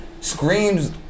Screams